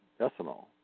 ethanol